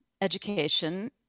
education